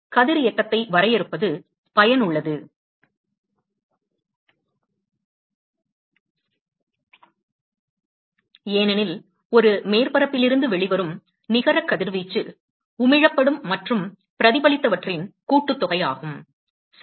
கதிரியக்கத்தை வரையறுப்பது பயனுள்ளது ஏனெனில் ஒரு மேற்பரப்பில் இருந்து வெளிவரும் நிகர கதிர்வீச்சு உமிழப்படும் மற்றும் பிரதிபலித்தவற்றின் கூட்டுத்தொகையாகும் சரி